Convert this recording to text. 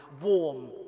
warm